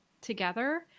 together